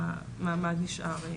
המעמד נשאר.